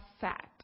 fat